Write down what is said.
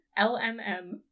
LMM